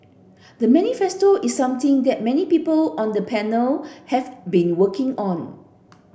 the manifesto is something that many people on the panel have been working on